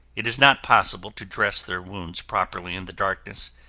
it is not possible to dress their wounds properly in the darkness,